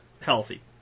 healthy